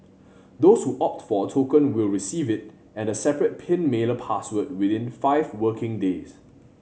those who opt for a token will receive it and a separate pin mailer password within five working days